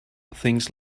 things